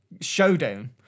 showdown